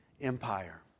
empire